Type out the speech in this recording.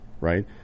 right